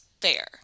fair